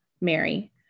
Mary